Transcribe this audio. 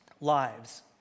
lives